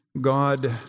God